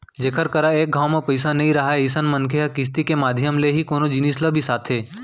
जेखर करा एक घांव म पइसा नइ राहय अइसन मनखे मन ह किस्ती के माधियम ले ही कोनो जिनिस ल बिसाथे